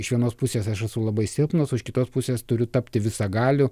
iš vienos pusės aš esu labai silpnas o iš kitos pusės turiu tapti visagaliu